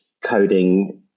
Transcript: coding